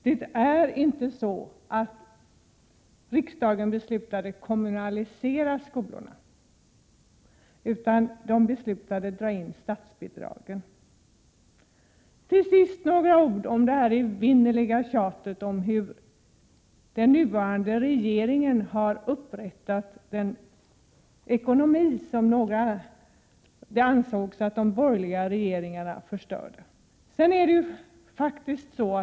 Det är inte så att riksdagen beslutade att kommunalisera skolorna, utan den beslutade att dra in statsbidragen. Till sist några ord om det evinnerliga tjatet om hur den nuvarande regeringen har upprättat den ekonomi som det ansågs att de borgerliga regeringarna förstörde.